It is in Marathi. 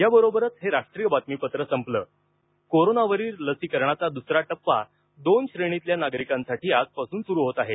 याबरोबरच हे राष्ट्रीय बातमीपत्र संपल कोरोनावरील लसीकरणाचा दुसरा टप्पा दोन श्रेणीतील नागरिकांसाठी सुरु झाला आहे